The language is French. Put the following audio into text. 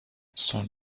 son